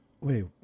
Wait